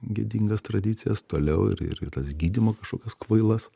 gėdingas tradicijas toliau ir ir tas gydymo kažkokias kvailas